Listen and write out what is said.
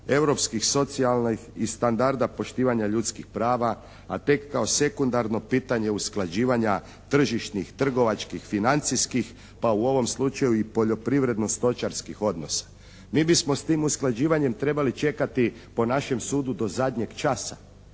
europskih, socijalnih i standarda poštivanja ljudskih prava a tek kao sekundarno pitanje usklađivanja tržišnih, trgovačkih, financijskih pa u ovom slučaju i poljoprivredno-stočarskih odnosa. Mi bismo s tim usklađivanjem trebali čekati po našem sudu do zadnjeg časa.